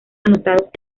anotados